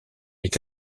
est